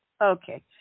Okay